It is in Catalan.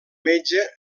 metge